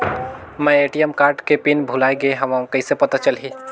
मैं ATM card के pin भुलाए गे हववं कइसे पता चलही?